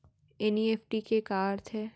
NEFT के का अर्थ है?